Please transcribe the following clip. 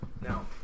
now